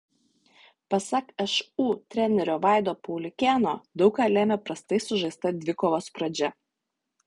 pasak šu trenerio vaido pauliukėno daug ką lėmė prastai sužaista dvikovos pradžia